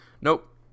nope